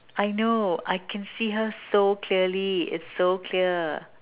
I know I can see her so clearly it's so clear